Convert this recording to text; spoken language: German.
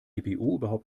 überhaupt